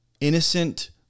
innocent